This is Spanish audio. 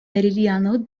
meridiano